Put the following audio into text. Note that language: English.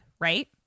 right